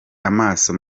amaso